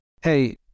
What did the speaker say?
hey